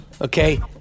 okay